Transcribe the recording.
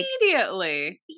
Immediately